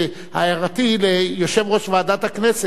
הערתי היא ליושב-ראש ועדת הכנסת.